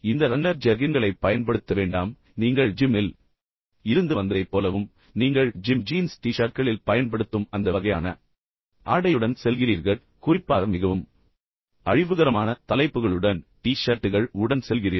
இந்த ரன்னர் ஜெர்கின்களைப் பயன்படுத்த வேண்டாம் பின்னர் நீங்கள் ஜிம்மில் இருந்து வந்ததைப் போலவும் பின்னர் நீங்கள் ஜிம் ஜீன்ஸ் டி ஷர்ட்களில் பயன்படுத்தும் அந்த வகையான ஆடையுடன் செல்கிறீர்கள் குறிப்பாக மிகவும் அழிவுகரமான தலைப்புகளுடன் டி ஷர்ட்டுகள் உடன் செல்கிறீர்கள்